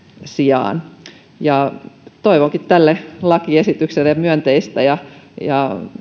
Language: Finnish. sijaan toivonkin tälle lakiesitykselle myönteistä ja ja